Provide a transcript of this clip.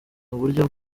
uburyo